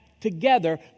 together